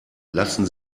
lassen